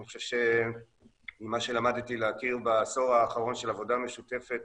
אני חושב שממה שלמדתי להכיר בעשור האחרון של עבודה משותפת